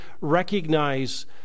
recognize